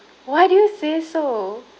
why do you say so